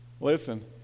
listen